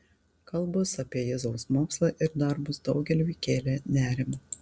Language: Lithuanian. kalbos apie jėzaus mokslą ir darbus daugeliui kėlė nerimą